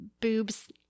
boobs